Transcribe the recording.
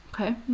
Okay